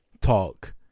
talk